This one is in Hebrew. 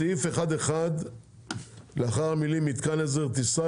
בסעיף 1(1) לאחר המילים מתקן עזר טיסה,